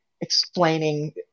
explaining